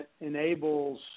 enables